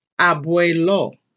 Abuelo